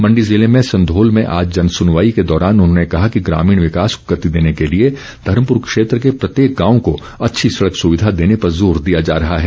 मण्डी जिले में संघोल में आज जनसुनवाई के दौरान उन्होंने कहा कि ग्रामीण विकास को गति देने के लिए धर्मपुर क्षेत्र के प्रत्येक गांव को अच्छी सड़क सुविधा देने पर जोर दिया जा रहा है